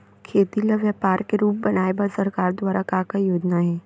खेती ल व्यापार के रूप बनाये बर सरकार दुवारा का का योजना हे?